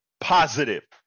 positive